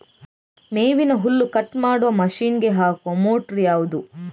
ಮೇವಿನ ಹುಲ್ಲು ಕಟ್ ಮಾಡುವ ಮಷೀನ್ ಗೆ ಹಾಕುವ ಮೋಟ್ರು ಯಾವುದು?